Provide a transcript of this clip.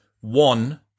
one